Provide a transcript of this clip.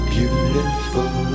Beautiful